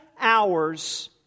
hours